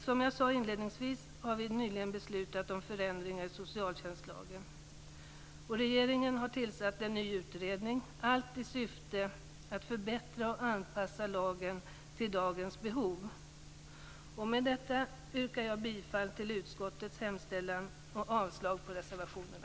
Som jag sade inledningsvis har vi nyligen beslutat om förändringar i socialtjänstlagen, och regeringen har tillsatt en ny utredning, allt i syfte att förbättra och anpassa lagen till dagens behov. Med detta yrkar jag bifall till utskottets hemställan och avslag på reservationerna.